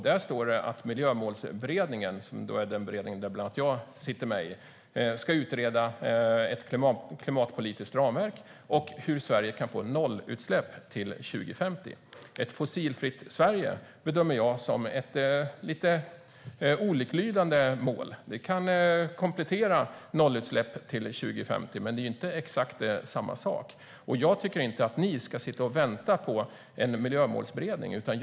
Där står att Miljömålsberedningen - som är den beredning som bland annat jag är med i - ska utreda ett klimatpolitiskt ramverk och hur Sverige kan få nollutsläpp till 2050. Ett fossilfritt Sverige bedömer jag som ett lite oliklydande mål. Det kan komplettera nollutsläpp till 2050, men det är inte exakt samma sak. Jag tycker inte att ni ska sitta och vänta på Miljömålsberedningen.